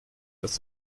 dass